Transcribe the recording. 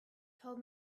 told